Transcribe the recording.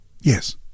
Yes